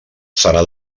serà